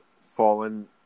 fallen